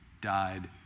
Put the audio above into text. died